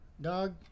dog